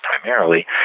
primarily